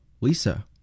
Lisa